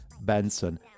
Benson